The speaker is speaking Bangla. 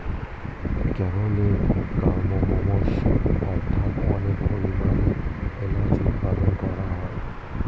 কেরলে কার্ডমমস্ অর্থাৎ অনেক পরিমাণে এলাচ উৎপাদন করা হয়